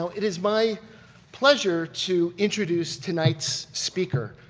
so it is my pleasure to introduce tonight's speaker,